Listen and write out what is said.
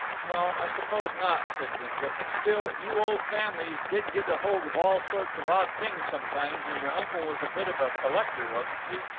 no, i suppose not, said gimblet. still, you old families did get hold of all sorts of odd things sometimes, and your uncle was a bit of a collector, wasn't he?